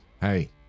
Hey